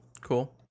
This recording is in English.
cool